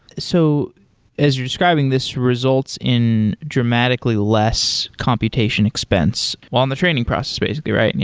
so as you're describing, this results in dramatically less computation expense. well, on the training process basically, right? yeah